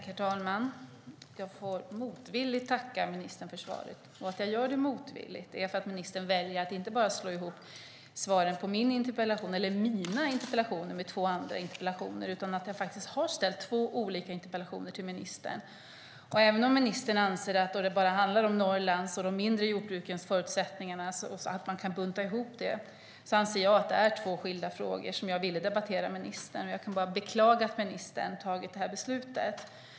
Herr talman! Jag får motvilligt tacka ministern för svaret. Att jag gör det motvilligt beror inte bara på att ministern väljer att slå ihop svaret på mina interpellationer med två andra interpellationer utan på att jag faktiskt har ställt två olika interpellationer till ministern. Även om ministern anser att då det bara handlar om Norrlands och de mindre jordbrukens förutsättningar kan de buntas ihop anser jag att det är två skilda frågor, som jag ville debattera med ministern. Jag kan bara beklaga att ministern har tagit det beslutet.